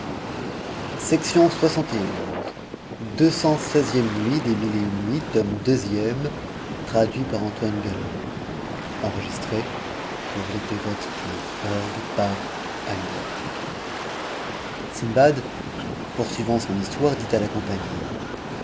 sindbad poursuivant son histoire dit à la compagnie